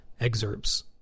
excerpts